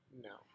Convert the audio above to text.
No